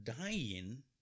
dying